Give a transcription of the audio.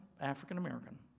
African-American